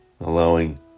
Allowing